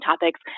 topics